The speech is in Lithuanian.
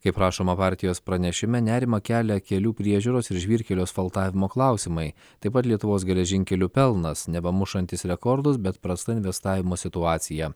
kaip rašoma partijos pranešime nerimą kelia kelių priežiūros ir žvyrkelio asfaltavimo klausimai taip pat lietuvos geležinkelių pelnas neva mušantis rekordus bet prasta investavimo situacija